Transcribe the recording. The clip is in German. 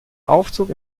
aufzug